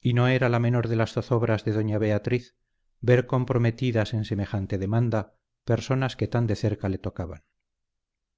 y no era la menor de las zozobras de doña beatriz ver comprometidas en semejante demanda personas que tan de cerca le tocaban